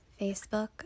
Facebook